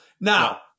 Now